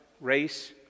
Race